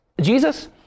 Jesus